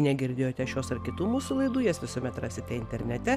negirdėjote šios ar kitų mūsų laidų jas visuomet rasite internete